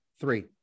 three